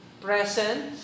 present